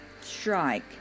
strike